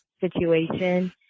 situation